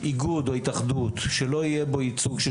זאת רק דוגמה קטנה איך שההתאחדות בסופו של